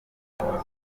umugi